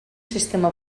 sistema